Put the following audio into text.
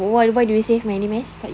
whatever you save my name as